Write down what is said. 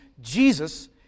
Jesus